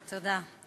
תודה.